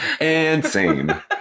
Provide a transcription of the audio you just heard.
Insane